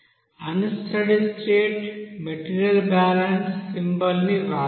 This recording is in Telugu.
అన్ steady state material balance symbol ని వ్రాద్దాం